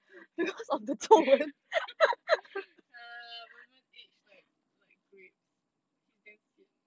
ah women age like like grapes which is damn sian